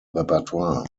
repertoire